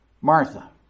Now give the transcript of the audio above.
martha